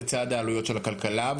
לצד העלויות של הכלכלה,